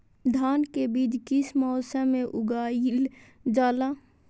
धान के बीज किस मौसम में उगाईल जाला?